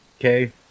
okay